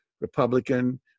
Republican